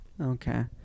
Okay